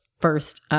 first